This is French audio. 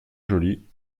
joli